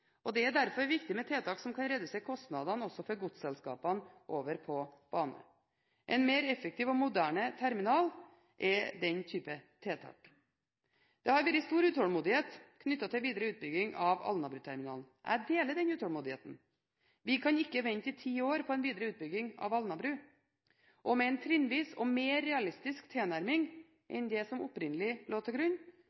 Det er derfor viktig med tiltak som kan redusere kostnadene for godsselskapene over på bane. En mer effektiv og moderne terminal er den type tiltak. Det har vært stor utålmodighet knyttet til videre utbygging av Alnabruterminalen. Jeg deler denne utålmodigheten. Vi kan ikke vente i ti år på en videre utbygging av Alnabru. Med en trinnvis og mer realistisk tilnærming